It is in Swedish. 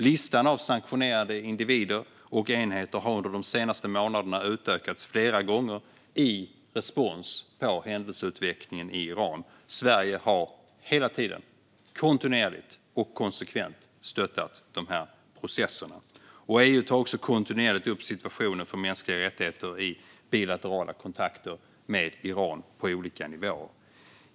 Listan med individer och enheter med sanktioner har under de senaste månaderna utökats flera gånger som respons på händelseutvecklingen i Iran. Sverige har hela tiden, kontinuerligt och konsekvent, stöttat processerna. EU tar också kontinuerligt upp situationen för mänskliga rättigheter i bilaterala kontakter med Iran på olika nivåer.